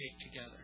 together